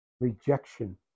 rejection